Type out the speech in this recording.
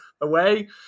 away